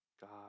God